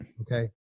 Okay